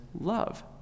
love